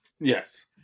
Yes